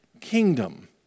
kingdom